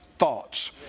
Thoughts